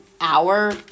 hour